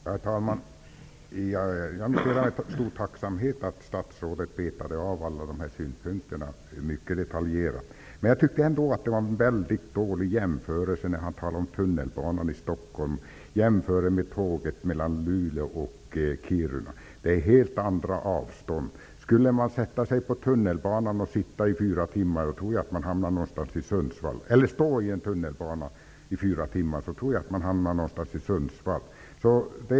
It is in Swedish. Herr talman! Jag noterar med stor tacksamhet att statsrådet betade av alla dessa synpunkter mycket detaljerat. Men jag tyckte att det var en mycket dålig jämförelse när han talade om tunnelbanan i Luleå och Kiruna. Det är helt andra avstånd där. Om man skulle sätta sig på tunnelbanan i fyra timmar, eller stå i den, tror jag att man hamnar i Sundsvall.